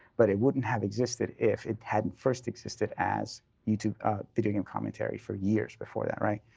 but it wouldn't have existed if it hadn't first existed as youtube video game commentary for years before that, right?